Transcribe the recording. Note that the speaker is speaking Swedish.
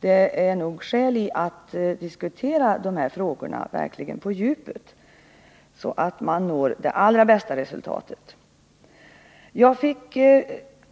Det finns nog skäl att diskutera de här frågorna på djupet, så att man når de allra bästa resultaten. Jag fick